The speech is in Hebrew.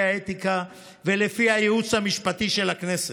האתיקה ולפי הייעוץ המשפטי של הכנסת.